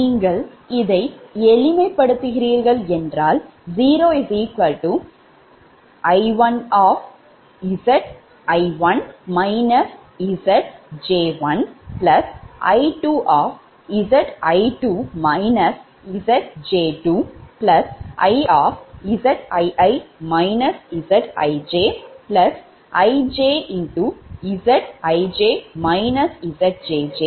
நீங்கள் இதை எளிமைப்படுத்துகிறீர்கள்0Zi1 Zj1 I1Zi2 Zj2 I2Zii Zij IiZij Zjj Ij